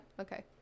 okay